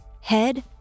head